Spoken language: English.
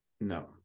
No